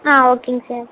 ஆ ஓகேங்க சார்